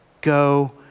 go